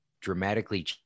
dramatically